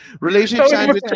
Relationship